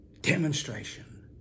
demonstration